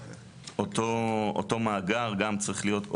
אותו מאגר גם צריך להיות,